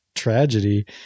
tragedy